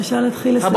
בבקשה להתחיל לסיים.